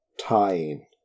tying